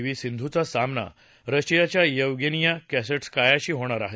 V सिंधूचा सामना रशियाच्या येवगेनीया कोसे िकायाशी होणार आहे